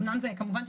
כמובן,